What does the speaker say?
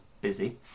busy